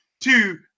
Two